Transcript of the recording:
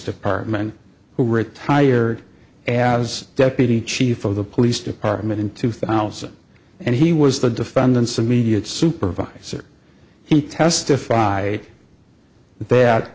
department who retired as deputy chief of the police department in two thousand and he was the defendant's immediate supervisor he testified that